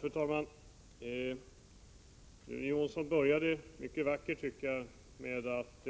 Fru talman! Rune Jonsson började mycket vackert med att